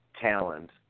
talent